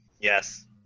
Yes